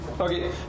Okay